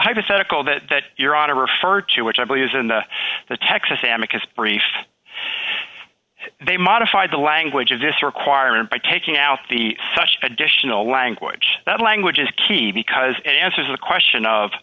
hypothetical that your honor referred to which i believe is in the the texas amec is briefed they modified the language of this requirement by taking out the such additional language that language is key because it answers the question of